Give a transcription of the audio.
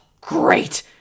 Great